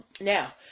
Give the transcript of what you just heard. Now